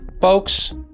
Folks